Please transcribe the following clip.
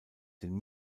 den